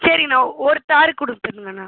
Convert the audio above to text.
சரிங்கண்ணா ஒரு தார் கொடுத்துருங்கண்ணா